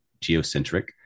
geocentric